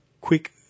quick